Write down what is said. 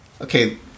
okay